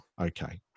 Okay